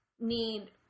need